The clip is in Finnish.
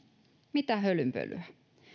mitä hölynpölyä